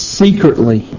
secretly